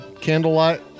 Candlelight